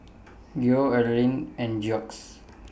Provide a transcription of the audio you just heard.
Geoff Allyn and Jax